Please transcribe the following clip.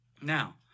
Now